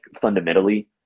fundamentally